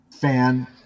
fan